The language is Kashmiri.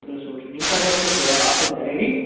ترٕٛہ سوٗٹ چھِ یِم کر گژھن آسٕنۍ ریٚڈی